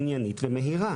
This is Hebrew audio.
עניינית ומהירה.